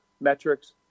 metrics